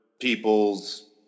people's